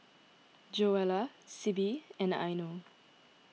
Joella Sibbie and Eino